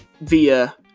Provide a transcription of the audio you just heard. via